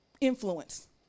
influence